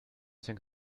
think